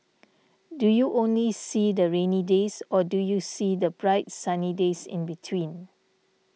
do you only see the rainy days or do you see the bright sunny days in between